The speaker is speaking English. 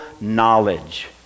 knowledge